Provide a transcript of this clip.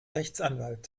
rechtsanwalt